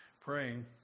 praying